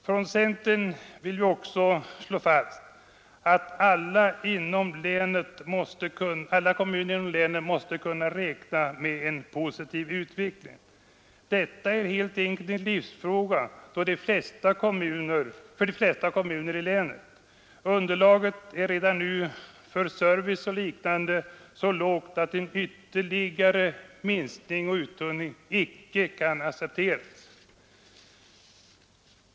Från centern vill vi också slå fast att alla kommuner inom länet måste kunna räkna med en positiv utveckling. Detta är helt enkelt en livsfråga för de flesta kommuner i länet. Underlaget för service och liknande är redan nu så lågt att en ytterligare minskning och uttunning icke kan accepteras.